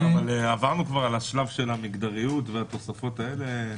עברנו על השלב של המגדריות והתוספות האלה?